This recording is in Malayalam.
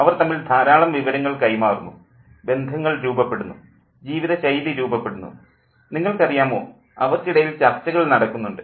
അവർ തമ്മിൽ ധാരാളം വിവരങ്ങൾ കൈമാറുന്നു ബന്ധങ്ങൾ രൂപപ്പെടുന്നു ജീവിതശൈലി രൂപപ്പെടുന്നു നിങ്ങൾക്കറിയാമോ അവർക്കിടയിൽ ചർച്ചകൾ നടക്കുന്നുണ്ട്